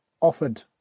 offered